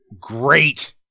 great